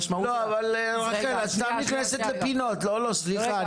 רחל, את סתם נכנסת לפינות, סליחה.